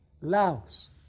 Laos